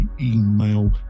email